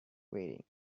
weighting